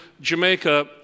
Jamaica